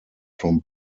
from